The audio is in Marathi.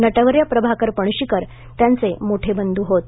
नटवर्य प्रभाकर पणशीकर त्यांचे मोठे बंधू होत